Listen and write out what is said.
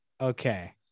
Okay